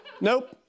nope